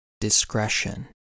Discretion